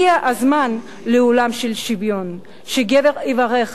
הגיע הזמן לעולם של שוויון, שגבר יברך: